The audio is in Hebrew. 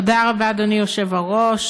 תודה רבה, אדוני היושב-ראש,